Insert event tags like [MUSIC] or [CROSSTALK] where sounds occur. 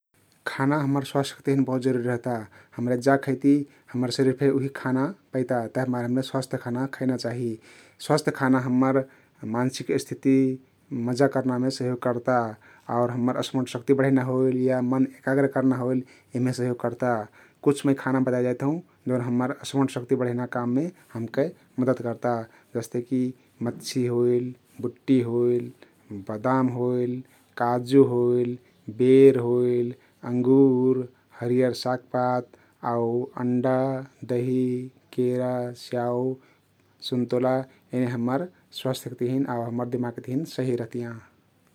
खाना हम्मर स्वास्थ्यके तहिन बहुत जरुरी रहता । हमरे जा खैती हम्मर शरिर फे उहि खाना पैता तभिमारे हमरे स्वस्थ्य खाना खैना चाहि । स्वस्थ्य खाना हम्मर [HESITATION] मान्सिक स्थिति मजा करनामे सहयोग कर्ता आउ हम्मर स्मरण शक्ती बढैना होइल या मन एकाग्र करना होइल यहमे सहयोग कर्ता । कुछ मै खाना बताई जाइत हँउ जउन हम्मर स्मरण शक्ती बढैना काममे हमके मदत कर्ता । जस्तेकी मछ्छी होइल, बुट्टी होइल, बदाम होइल, काजु होइल, बेर होइल, अङ्गुर, हरियर सागपात अण्डा, दही, केरा, स्याउ, सुन्तोला एने हम्मर स्वास्थ्यके तहिन आउ हम्मर दिमागके तहिन सहि हतियाँ ।